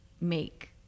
make